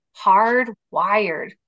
hardwired